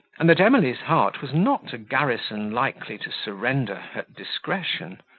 and that emily's heart was not a garrison likely to surrender at discretion.